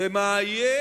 ומאיים